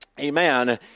Amen